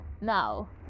now